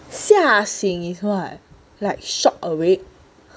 吓醒 is what like shocked awake